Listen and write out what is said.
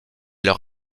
leur